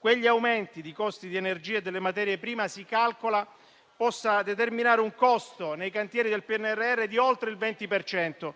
tali aumenti dei costi di energia e materie prime possano determinare un costo, nei cantieri del PNRR, di oltre il 20 per cento.